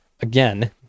again